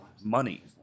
money